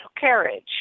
carriage